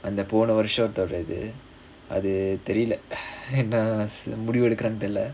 அந்த போன வருஷத்தோட இது அது தெரியல:antha pona varushathoda ithu athu theriyila என்ன முடிவெடுக்கிறேன் தெரில:enna mudivedukkuraen therila